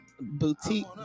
Boutique